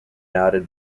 doubted